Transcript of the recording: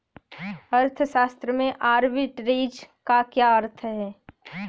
अर्थशास्त्र में आर्बिट्रेज का क्या अर्थ है?